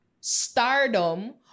stardom